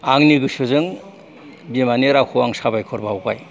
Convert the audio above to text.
आंनि गोसोजों बिमानि रावखौ आं साबायखर बावबाय